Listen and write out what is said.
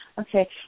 Okay